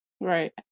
Right